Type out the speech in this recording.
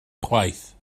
chwaith